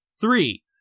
three